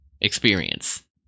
experience